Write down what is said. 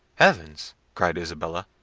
heavens! cried isabella,